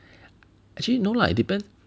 actually no lah it depends